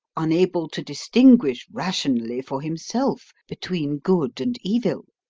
unable to distinguish rationally for himself between good and evil.